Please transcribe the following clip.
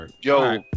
Yo